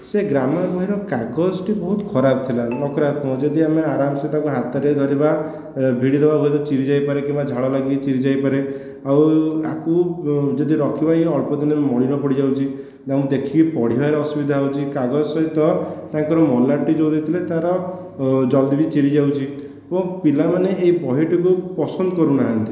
ସେ ଗ୍ରାମାର ବହିର କାଗଜଟି ବହୁତ ଖରାପ ଥିଲା ନକରାତ୍ମତକ ଯଦି ଆମେ ଅରାମସେ ତାକୁ ହାତରେ ଧରିବା ଭିଡ଼ିଦେବା ହୁଏତ ଚିରି ଯାଇପାରେ କିମ୍ବା ଝାଳ ଲାଗି ଚିରି ଯାଇପାରେ ଆଉ ଆକୁ ଯଦି ରଖିବା ଇଏ ଅଳ୍ପ ଦିନରେ ମଳିନ ପଡ଼ିଯାଉଛି ନା ମୁଁ ଦେଖିକି ପଢ଼ିବାରେ ଅସୁବିଧା ହେଉଛି କାଗଜ ସହିତ ତାଙ୍କର ମଲାଟଟି ଯେଉଁ ଦେଇଥିଲେ ତାର ଜଲ୍ଦି ବି ଚିରି ଯାଉଛି ଏବଂ ପିଲାମାନେ ଏହି ବହିଟିକୁ ପସନ୍ଦ କରୁ ନାହାନ୍ତି